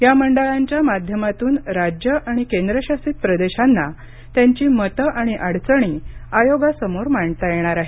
या मंडळांच्या माध्यमातून राज्ये आणि केंद्रशासित प्रदेशांना त्यांची मतं आणि अडचणी आयोगांसमोर मांडता येणार आहेत